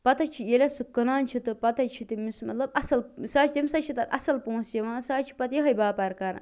پتہٕ حظ چھُ ییٚلہِ حظ سُہ کٕنان چھُ تہٕ پتہٕ حظ چھُ تٔمِس مطلب اصٕل سُہ حظ چھُ تٔمِس حظ چھِ تَتھ اصٕل پونٛسہٕ یِوان سُہ حظ چھُ پتہٕ یِہوے باپار کَران